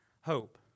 hope